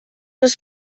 les